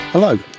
Hello